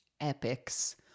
Epics